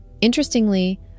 Interestingly